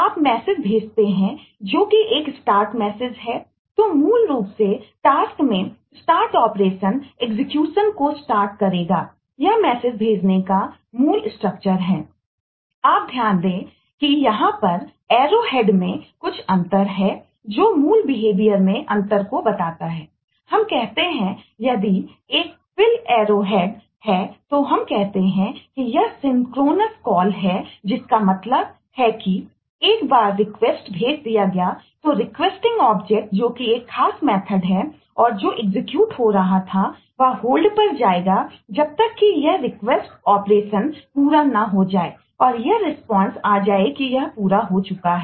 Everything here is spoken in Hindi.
आप ध्यान दें कि यहां पर एरो हेड आ जाए कि यह पूरा हो चुका है